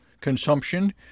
consumption